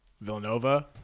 Villanova